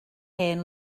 hen